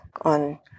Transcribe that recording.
on